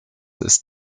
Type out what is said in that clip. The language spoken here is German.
ist